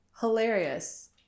Hilarious